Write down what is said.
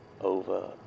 over